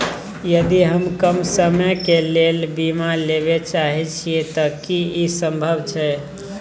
यदि हम कम समय के लेल बीमा लेबे चाहे छिये त की इ संभव छै?